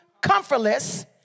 comfortless